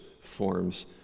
forms